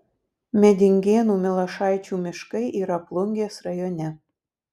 medingėnų milašaičių miškai yra plungės rajone